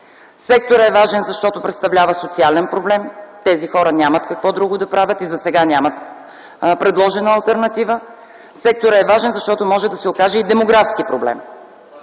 Секторът е важен, защото представлява социален проблем - тези хора нямат какво друго да правят и засега нямат предложена алтернатива. Секторът е важен, защото може да се окаже и демографски проблем.